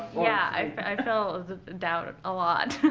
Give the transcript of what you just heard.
yeah, i felt doubt a lot.